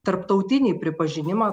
tarptautinį pripažinimą